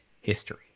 history